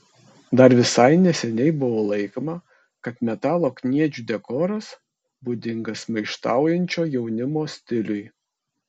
dar visai neseniai buvo laikoma kad metalo kniedžių dekoras būdingas maištaujančio jaunimo stiliui